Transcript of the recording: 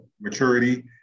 maturity